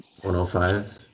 105